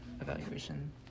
evaluation